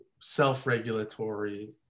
self-regulatory